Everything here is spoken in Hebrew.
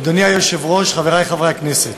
אדוני היושב-ראש, חברי חברי הכנסת,